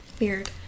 Weird